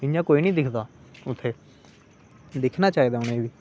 इयां कोई नी दिखदा उत्थै दिक्खना चाहिदा उनें बी